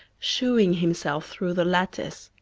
shewing himself through the lattice.